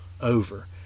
over